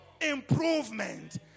improvement